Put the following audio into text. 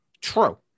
True